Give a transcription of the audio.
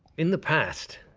in the past,